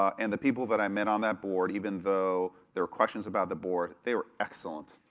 um and the people that i met on that board, even though there were questions about the board, they were excellent,